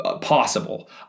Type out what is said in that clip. possible